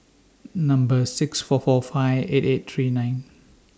Number six four four five eight eight three nine